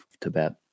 Tibet